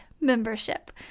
Membership